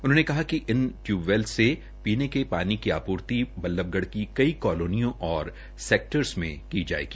उन्होंने कहा कि टयूब्वेल से पीने के पानी की आपूर्ति बल्ल्भगढ़ के कई कालोनियों और सेक्टर्स में की जायेगी